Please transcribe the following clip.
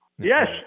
Yes